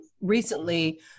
recently